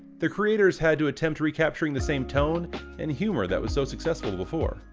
the creators had to attempt recapturing the same tone and humor, that was so successful before.